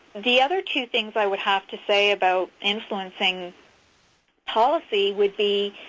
the other two things i would have to say about influencing policy would be